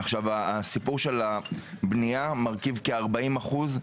עכשיו, הסיפור של הבנייה מרכיב כ-40 אחוזים